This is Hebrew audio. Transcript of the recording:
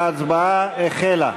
ההצבעה החלה.